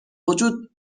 وجود